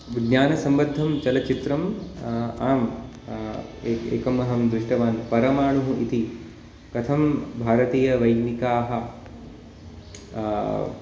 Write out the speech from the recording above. विज्ञानसम्बद्धं चलचित्रं आम् एक् एकं अहं दृष्टवान् परमाणुः इति कथं भारतीय वैज्ञिकाः